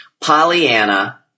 Pollyanna